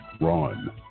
Ron